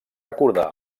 recordar